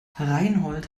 reinhold